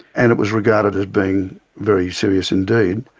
and it was regarded as being very serious indeed.